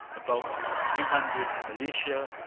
about three hundred militia,